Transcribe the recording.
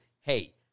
hey